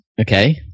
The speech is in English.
okay